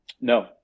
No